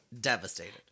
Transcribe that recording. devastated